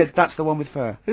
that's the one with fur.